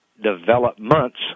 Developments